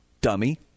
dummy